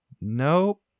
Nope